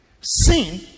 sin